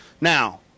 Now